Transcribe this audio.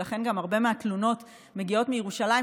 ולכן גם הרבה מהתלונות מגיעות מירושלים,